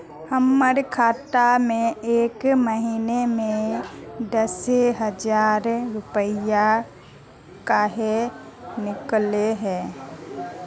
हमर खाता में एक महीना में दसे हजार रुपया काहे निकले है?